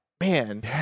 man